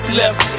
left